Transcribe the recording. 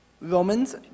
Romans